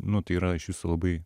nu tai yra iš viso labai